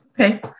Okay